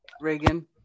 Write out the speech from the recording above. Reagan